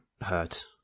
hurt